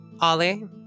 Ollie